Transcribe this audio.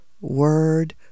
Word